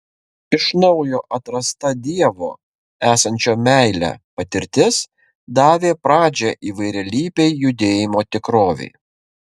iš naujo atrasta dievo esančio meile patirtis davė pradžią įvairialypei judėjimo tikrovei